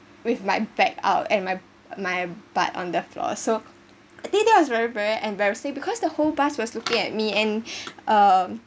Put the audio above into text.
with my back out and my my butt on the floor so I think this was very very embarrassing because the whole bus was looking at me and uh